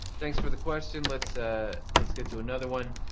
thanks for the question. let's ah let's get to another one.